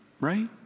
right